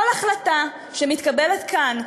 כל החלטה שמתקבלת כאן,